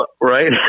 right